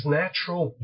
natural